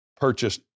purchased